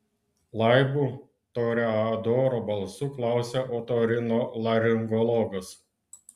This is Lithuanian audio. laibu toreadoro balsu klausia otorinolaringologas